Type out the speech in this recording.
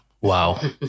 Wow